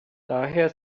daher